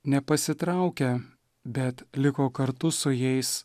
nepasitraukė bet liko kartu su jais